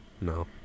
No